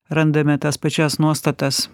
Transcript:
randame tas pačias nuostatas